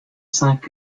cinq